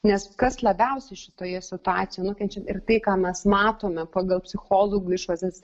nes kas labiausiai šitoje situacijoje nukenčia ir tai ką mes matome pagal psichologų išvadas